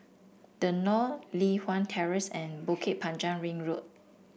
The Knolls Li Hwan Terrace and Bukit Panjang Ring Road